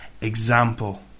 example